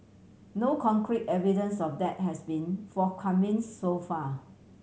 no concrete evidence of that has been forthcoming so far